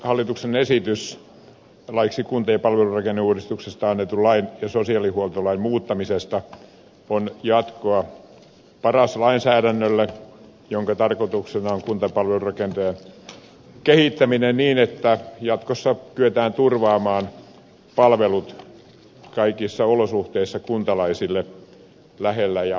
hallituksen esitys laiksi kunta ja palvelurakenneuudistuksesta annetun lain ja sosiaalihuoltolain muuttamisesta on jatkoa paras lainsäädännölle jonka tarkoituksena on kuntapalvelurakenteen kehittäminen niin että jatkossa kyetään turvaamaan palvelut kaikissa olosuhteissa kuntalaisille lähellä ja laadukkaina